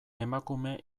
emakume